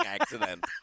accident